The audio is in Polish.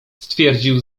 stwierdził